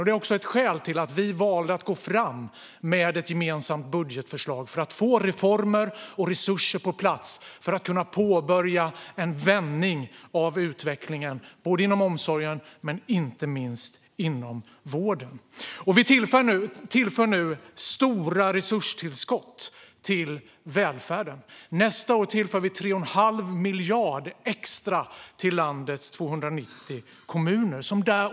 Det är också ett skäl till att vi valde att gå fram med ett gemensamt budgetförslag - för att få reformer och resurser på plats för att kunna påbörja en vändning av utvecklingen inom omsorgen och inte minst inom vården. Vi tillför nu stora resurser till välfärden. Nästa år tillför vi 3 1⁄2 miljard extra till landets 290 kommuner.